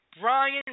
Brian